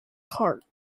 cart